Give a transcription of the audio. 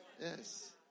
yes